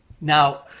Now